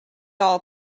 all